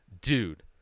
dude